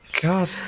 God